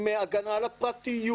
עם הגנה על הפרטיות?